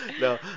no